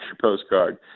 postcard